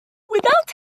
without